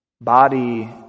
body